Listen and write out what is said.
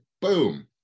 boom